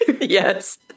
Yes